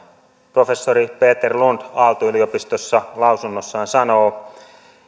professori peter lund aalto yliopistosta lausunnossaan sanoo